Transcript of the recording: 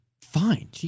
Fine